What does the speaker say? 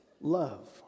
love